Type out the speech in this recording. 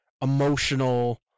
emotional